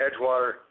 Edgewater